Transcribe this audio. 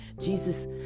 Jesus